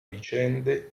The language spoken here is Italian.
vicende